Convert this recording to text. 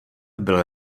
byl